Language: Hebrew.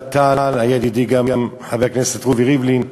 בוועדת טל, היה גם ידידי חבר הכנסת רובי ריבלין.